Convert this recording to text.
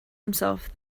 himself